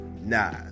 nah